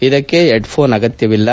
ಇದಕ್ಕೆ ಹೆಡ್ಫೋನ್ ಅಗತ್ಯವಿಲ್ಲ